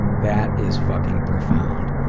that is fucking profound.